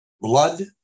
Blood